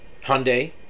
Hyundai